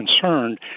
concerned